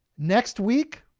next week,